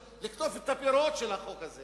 היינו מתחילים לקטוף את הפירות של החוק הזה